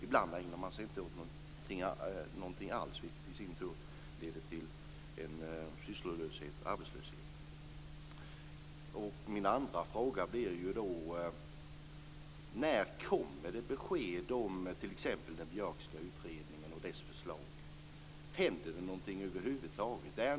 Ibland ägnar de sig inte åt någonting alls, vilket innebär sysslolöshet och arbetslöshet. Min andra fråga blir: När kommer det besked om den Björkska utredningens förslag? Händer det över huvud taget någonting?